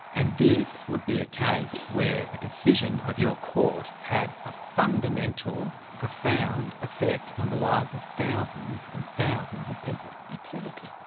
and this would be a case where a decision of your court had a fundamental, profound effect on the lives of thousands and thousands of people. absolutely.